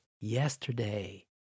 Yesterday